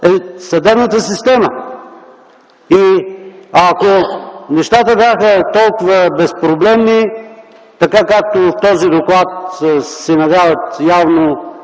е съдебната система. Ако нещата бяха толкова безпроблемни, така както в този доклад се навяват